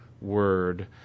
word